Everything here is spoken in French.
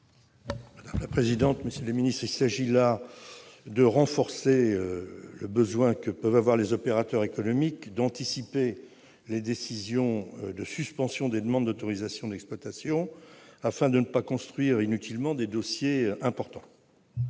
Babary. Par cet amendement, il s'agit de répondre au besoin que peuvent avoir les opérateurs économiques d'anticiper les décisions de suspension des demandes d'autorisation d'exploitation, afin de ne pas construire inutilement des dossiers importants.